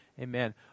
Amen